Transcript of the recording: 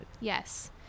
Yes